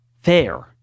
fair